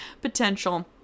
potential